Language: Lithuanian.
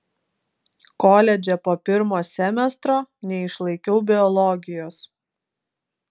koledže po pirmo semestro neišlaikiau biologijos